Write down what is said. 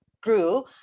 grew